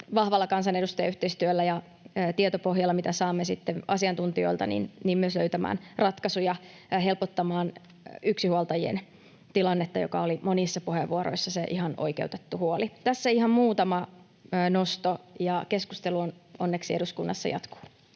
vahvalla kansanedustajayhteistyöllä ja tietopohjalla, mitä saamme sitten asiantuntijoilta, myös löytämään ratkaisuja ja helpottamaan yksinhuoltajien tilannetta, joka oli monissa puheenvuoroissa se ihan oikeutettu huoli. Tässä ihan muutama nosto, ja keskustelu onneksi eduskunnassa jatkuu.